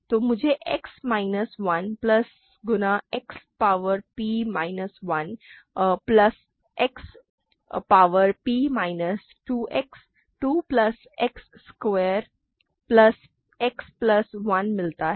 तो मुझे x minus 1 plus गुना X power p minus 1 plus X power p minus 2 plus X square plus X plus 1 मिलता है